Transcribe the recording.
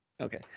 Okay